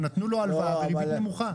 נתנו לו הלוואה בריבית נמוכה.